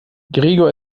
gregor